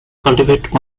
cultivate